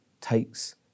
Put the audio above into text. takes